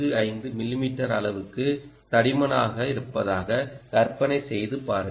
45 மிமீ அளவுக்கு தடிமனாக இருப்பதாக கற்பனை செய்து பாருங்கள்